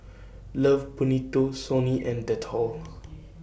Love Bonito Sony and Dettol